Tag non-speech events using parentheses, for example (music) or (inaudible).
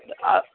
(unintelligible)